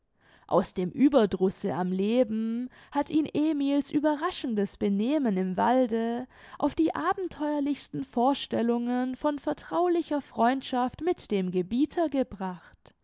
aus dem ueberdruße am leben hat ihn emil's überraschendes benehmen im walde auf die abenteuerlichsten vorstellungen von vertraulicher freundschaft mit dem gebieter gebracht